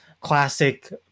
classic